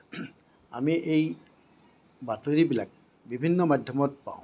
আমি এই বাতৰিবিলাক বিভিন্ন মাধ্যমত পাওঁ